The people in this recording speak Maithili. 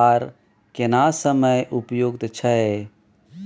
आर केना समय उपयुक्त छैय?